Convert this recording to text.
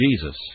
Jesus